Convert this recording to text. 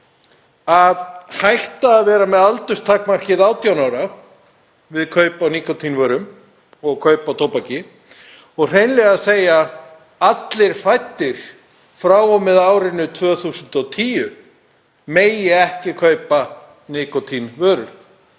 hætt að vera með aldurstakmarkið 18 ára við kaup á nikótínvörum og við kaup á tóbaki og hreinlega að segja: Allir fæddir frá og með árinu 2010 mega ekki kaupa nikótínvörur.